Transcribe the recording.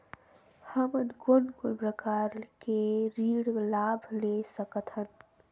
हमन कोन कोन प्रकार के ऋण लाभ ले सकत हन?